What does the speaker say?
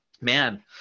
man